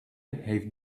heeft